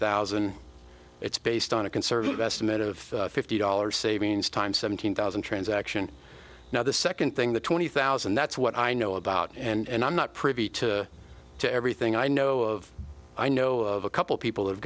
thousand it's based on a conservative estimate of fifty dollars savings time seventeen thousand transaction now the second thing the twenty thousand that's what i know about and i'm not privy to to everything i know of i know of a couple people have